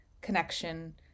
connection